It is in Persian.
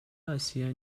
آسیا